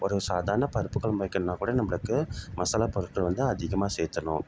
ஒரு சாதாரண பருப்புக் கொழம்பு வைக்கணுன்னா கூட நம்மளுக்கு மசாலா பொருட்கள் வந்து அதிகமாக சேர்த்தணும்